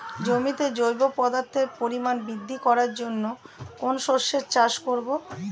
জমিতে জৈব পদার্থের পরিমাণ বৃদ্ধি করার জন্য কোন শস্যের চাষ করবো?